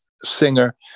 singer